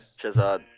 Shazad